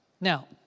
Now